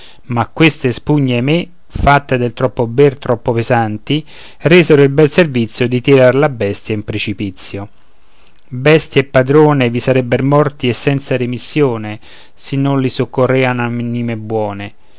ma queste spugne ahimè fatte pel troppo ber troppo pesanti resero il bel servizio di tirare la bestia in precipizio bestia e padrone vi sarebber morti e senza remissione se non li soccorrean anime buone